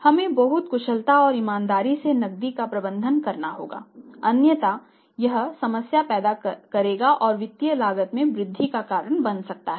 हमें बहुत कुशलता और ईमानदारी से नकदी का प्रबंधन करना होगा अन्यथा यह समस्या पैदा करेगा और वित्तीय लागत में वृद्धि का कारण बन सकता है